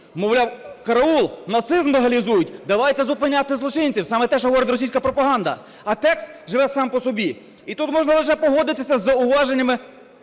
мовляв, караул, нацизм легалізують, давайте зупиняти злочинців – саме те, що говорить російська пропаганда. А текст живе сам по собі. І тут можна лише погодитися із зауваженнями